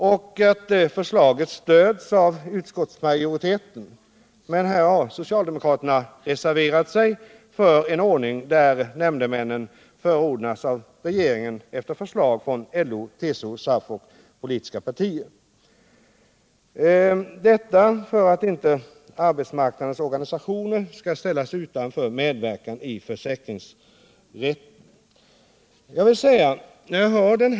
Det förslaget stöds av utskottsmajoriteten, men socialdemokraterna har reserverat sig för en ordning där nämndemännen förordnas av regeringen efter förslag från LO, TCO, SAF och de politiska partierna, detta för att inte arbetsmark = Inrättande av nadens organisationer skall ställas utanför medverkan i försäkringsrät — regionala försäkterna.